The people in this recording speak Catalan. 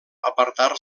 apartar